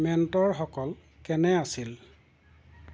মেণ্টৰসকল কেনে আছিল